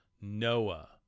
Noah